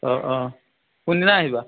অঁ অঁ কোনদিনা আহিবা